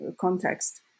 context